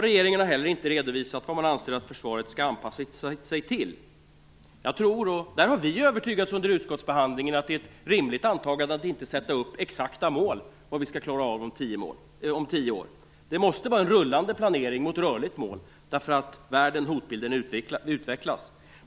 Regeringen har heller inte redovisat vad man anser att försvaret skall anpassa sig till. Jag tror, och där har vi övertygats under utskottsbehandlingen, att det är rimligt att inte sätta upp exakta mål för vad vi skall klara av om tio år. Vi måste ha en rullande planering och ett rörligt mål, därför att världen och hotbilden utvecklas.